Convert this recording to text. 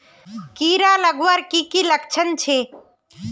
कीड़ा लगवार की की लक्षण छे?